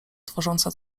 tworząca